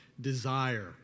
desire